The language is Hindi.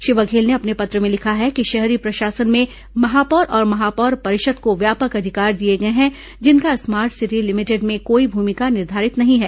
श्री बघेल ने पत्र में लिखा है कि शहरी प्रशासन में महापौर और महापौर परिषद को व्यापक अधिकार दिए गए हैं जिनका स्मार्ट सिटी लिमिटेड में कोई भूमिका निर्धारित नहीं है